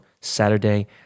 Saturday